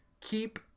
keep